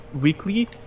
weekly